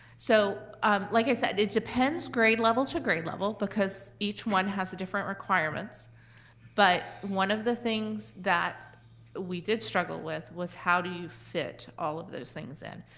so um like i said, it depends grade level to grade level because each one has different requirements but one of the things that we did struggle with was how do you fit all of those things in.